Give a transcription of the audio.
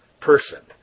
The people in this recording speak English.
person